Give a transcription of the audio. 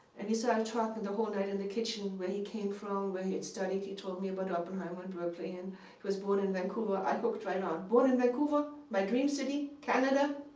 and he started talking the whole night in the kitchen where he came from, where he had studied. he told me about oppenheimer and berkeley. and he was born in vancouver. i hooked right on. born in vancouver? my dream city? canada?